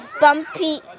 bumpy